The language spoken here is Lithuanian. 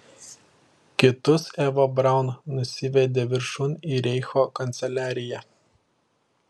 kitus eva braun nusivedė viršun į reicho kanceliariją